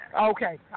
Okay